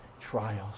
trials